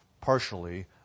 partially